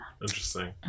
Interesting